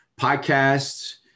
podcasts